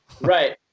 Right